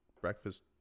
breakfast